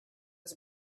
was